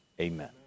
amen